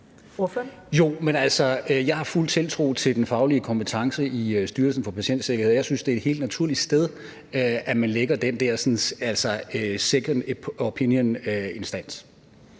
jeg har fuld tiltro til den faglige kompetence i Styrelsen for Patientsikkerhed, og jeg synes, det er et helt naturligt sted, at man lægger den der second opinion-instans.